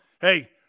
hey